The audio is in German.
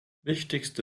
wichtigste